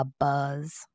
abuzz